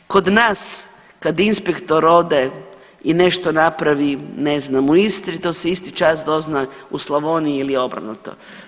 Kod nas kad inspektor ode i nešto napravi ne znam u Istri to se isti čas dozna u Slavoniji ili obrnuto.